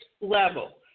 level